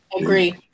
Agree